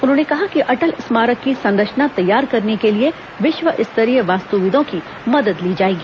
उन्होंने कहा कि अटल स्मारक की संरचना तैयार करने के लिए विश्व स्तरीय वास्तुविदों की मदद ली जाएगी